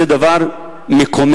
זה דבר מקומם.